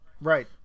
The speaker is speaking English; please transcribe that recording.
Right